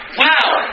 wow